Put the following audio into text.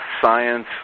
science